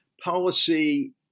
policy